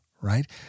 Right